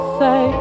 say